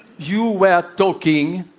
you were talking,